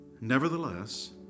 Nevertheless